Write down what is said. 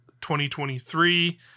2023